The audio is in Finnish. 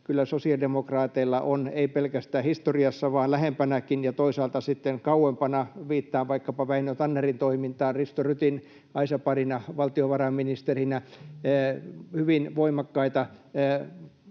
kyllä sosiaalidemokraateilla on, ei pelkästään historiassa vaan lähempänäkin ja toisaalta sitten kauempana — viittaan vaikkapa Väinö Tannerin toimintaan Risto Rytin aisaparina valtiovarainministerinä — hyvin voimakkaita